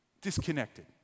disconnected